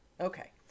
Okay